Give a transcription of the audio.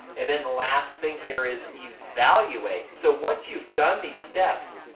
and then the last thing here is evaluate. so once you ve done these steps,